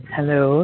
Hello